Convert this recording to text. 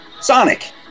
Sonic